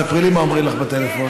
תספרי לי מה אומרים לך בטלפון.